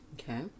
Okay